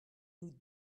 nous